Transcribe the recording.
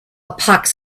pox